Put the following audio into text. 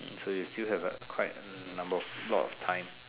so you still have quite hmm a number of a lot of time